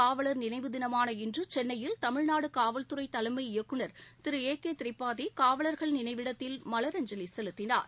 காவலர் நினைவு தினமான இன்று சென்னையில் தமிழ்நாடு காவல்துறை தலைமை இயக்குநர் திரு ஏ கே திரிபாதி காவலர்கள் நினைவிடத்தில் மலரஞ்சலி செலத்தினார்